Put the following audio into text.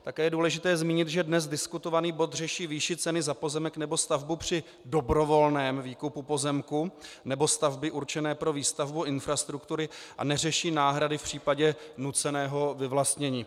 Také je důležité zmínit, že dnes diskutovaný bod řeší výši ceny za pozemek nebo stavbu při dobrovolném výkupu pozemku nebo stavby určené pro výstavbu infrastruktury a neřeší náhrady v případě nuceného vyvlastnění.